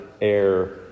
air